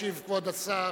ישיב כבוד השר